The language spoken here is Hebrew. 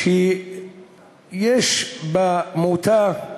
שיש במותה,